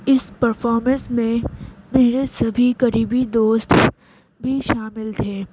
اس performance میں میرے سبھی قریبی دوست بھی شامل تھے